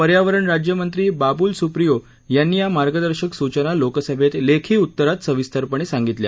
पर्यावरण राज्यमंत्री बाबुल सुप्रियो यांनी या मार्गदर्शक सूचना लोकसभेत लेखी उत्तरात सविस्तरपणे सांगितल्या